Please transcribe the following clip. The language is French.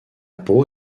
peau